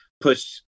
push